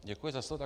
Děkuji za slovo.